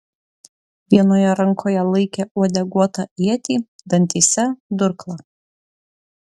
vienoje rankoje laikė uodeguotą ietį dantyse durklą